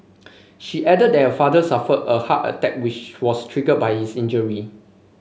she added that her father suffered a heart attack which was triggered by his injury